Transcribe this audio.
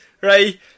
right